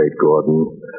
Gordon